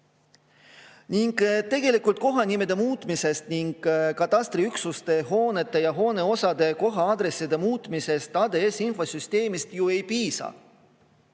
tegelikult kohanimede muutmisest ning katastriüksuste, hoonete ja hooneosade koha-aadresside muutmisest ADS-i infosüsteemis ju ei piisa.